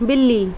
बिल्ली